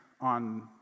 on